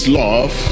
love